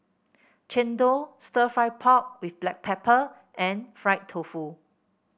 chendol stir fry pork with Black Pepper and Fried Tofu